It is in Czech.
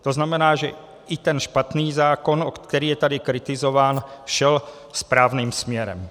To znamená, že i ten špatný zákon, který je tady kritizován, šel správným směrem.